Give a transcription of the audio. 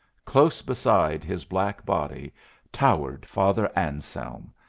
close beside his black body towered father anselm,